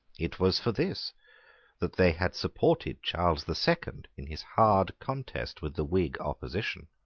it was for this that they had supported charles the second in his hard contest with the whig opposition.